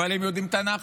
אבל הם יודעים תנ"ך.